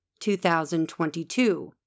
2022